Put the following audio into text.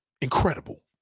incredible